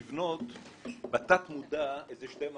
לבנות בתת מודע איזה שתי מערכות.